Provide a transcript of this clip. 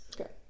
Okay